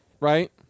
right